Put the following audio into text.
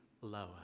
lower